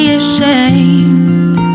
ashamed